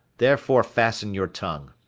therefore fasten your tongue.